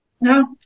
No